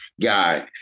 guy